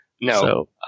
No